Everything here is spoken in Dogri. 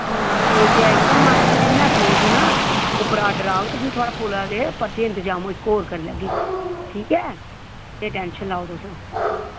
ओह् ते ऐही हून असें दिती ही ना एप्लीकेशन उप्परा ऑर्डर आह्ग ते भी थुआढ़ा उप्परा होर इंतजाम करी लैगे ठीक ऐ ते एह् टेंशन निं लैओ तुस